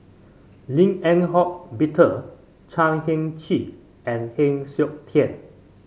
Lim Eng Hock Peter Chan Heng Chee and Heng Siok Tian